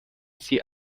sie